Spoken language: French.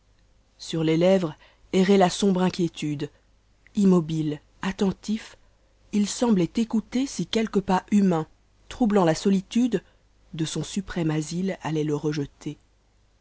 sur les lèvres errait la sombre inquiétude immobile attentif h semblait écouter s quelque pas huma n troublant la solitude de son suprême asile allait le rejeter